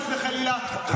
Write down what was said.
חס וחלילה,